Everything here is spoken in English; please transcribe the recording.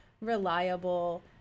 reliable